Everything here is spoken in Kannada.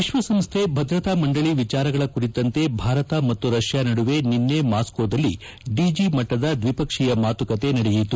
ವಿಶ್ವಸಂಸ್ಥೆ ಭದ್ರತಾ ಮಂಡಳಿ ವಿಚಾರಗಳ ಕುರಿತಂತೆ ಭಾರತ ಮತ್ತು ರಷ್ಯಾ ನಡುವೆ ನಿನ್ನೆ ಮಾಸ್ಕೋದಲ್ಲಿ ದಿಜಿ ಮಟ್ಟದ ದ್ವಿಪಕ್ಷೀಯ ಮಾತುಕತೆ ನಡೆದವು